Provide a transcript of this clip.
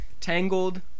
Tangled